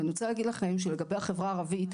אני רוצה להגיד לכם שלגבי החברה הערבית,